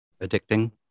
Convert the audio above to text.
Addicting